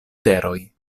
teroj